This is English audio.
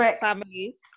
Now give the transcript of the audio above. families